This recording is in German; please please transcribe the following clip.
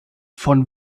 von